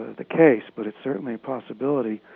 the case but it certainly a possibility